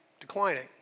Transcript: declining